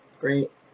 great